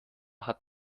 hat